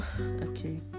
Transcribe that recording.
okay